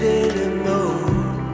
anymore